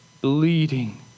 bleeding